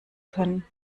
können